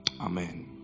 amen